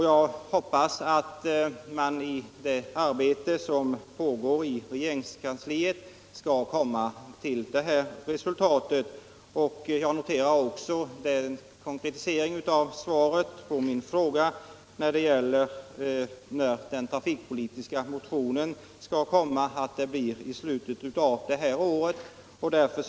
Jag hoppas att man i det arbete som pågår inom regeringskansliet skall komma till ett sådant resultat. Jag noterar också den konkretisering av svaret på min fråga om när den trafikpolitiska propositionen kan framläggas som kommunikationsministern gjorde. Propositionen kommer alltså att avlämnas i slutet av innevarande år.